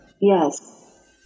Yes